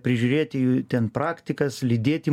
prižiūrėti jų ten praktikas lydėti